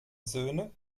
söhne